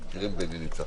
תודה.